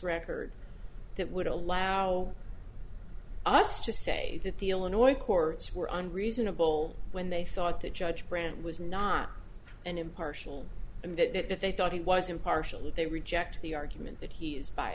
record that would allow us to say that the illinois courts were on reasonable when they thought that judge brand was not an impartial and that if they thought he was impartial they reject the argument that he is